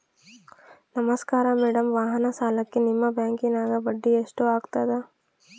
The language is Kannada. ನಮಸ್ಕಾರ ಮೇಡಂ ವಾಹನ ಸಾಲಕ್ಕೆ ನಿಮ್ಮ ಬ್ಯಾಂಕಿನ್ಯಾಗ ಬಡ್ಡಿ ಎಷ್ಟು ಆಗ್ತದ?